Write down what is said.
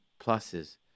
pluses